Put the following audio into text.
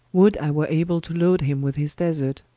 would i were able to loade him with his desert.